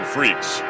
Freaks